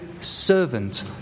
servant